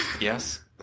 Yes